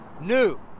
New